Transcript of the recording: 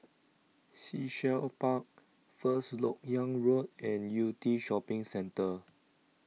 Sea Shell Park First Lok Yang Road and Yew Tee Shopping Centre